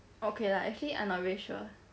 okay lah actually I'm not very sure